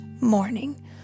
morning